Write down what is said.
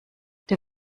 der